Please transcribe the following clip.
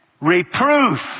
Reproof